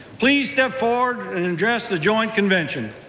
please step forward and address the joint convention.